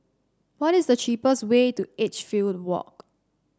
what is the cheapest way to Edgefield Walk